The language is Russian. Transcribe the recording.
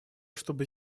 чтобы